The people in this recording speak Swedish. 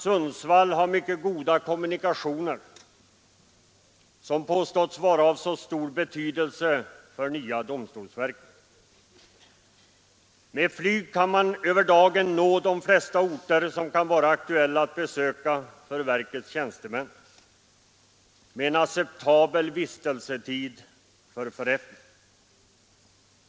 Sundsvall har mycket goda kommunikationer, som påståtts vara av så stor betydelse för det nya domstolsverket. Med flyg kan man över dagen nå de flesta orter som kan vara aktuella att besöka för verkets tjänstemän, med en acceptabel vistelsetid för förrättning.